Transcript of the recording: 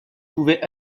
pouvait